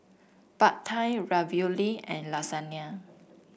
Pad Thai Ravioli and Lasagne